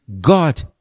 God